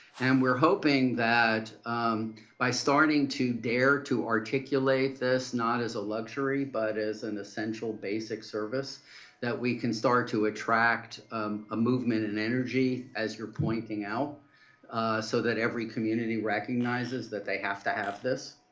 and we are hoping that by starting to dare to articulate this, not as a luxury, but as an essential basic service that we can start to attract a movement and energy as you are pointing out so that every community recognizes that they have to have this.